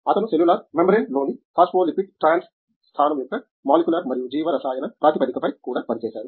అతను cellular membrane లోని phospholipid trans స్థానం యొక్క మాలిక్యులార్ మరియు జీవరసాయన ప్రాతిపదిక పై కూడా పని చేసారు